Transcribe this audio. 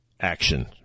action